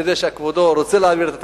אני יודע שכבודו רוצה להעביר את התקציב.